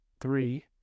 three